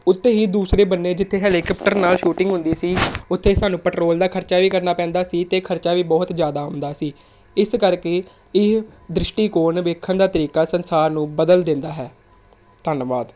ਉੱਤੇ ਹੀ ਦੂਸਰੇ ਬੰਨੇ ਜਿੱਥੇ ਹੈਲੀਕਾਪਟਰ ਨਾਲ ਸ਼ੂਟਿੰਗ ਹੁੰਦੀ ਸੀ ਉੱਥੇ ਸਾਨੂੰ ਪੈਟਰੋਲ ਦਾ ਖਰਚਾ ਵੀ ਕਰਨਾ ਪੈਂਦਾ ਸੀ ਅਤੇ ਖਰਚਾ ਵੀ ਬਹੁਤ ਜ਼ਿਆਦਾ ਆਉਂਦਾ ਸੀ ਇਸ ਕਰਕੇ ਇਹ ਦ੍ਰਿਸ਼ਟੀਕੋਣ ਵੇਖਣ ਦਾ ਤਰੀਕਾ ਸੰਸਾਰ ਨੂੰ ਬਦਲ ਦਿੰਦਾ ਹੈ ਧੰਨਵਾਦ